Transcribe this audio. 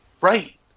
right